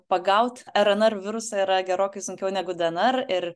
pagaut rnr virusą yra gerokai sunkiau negu dnr ir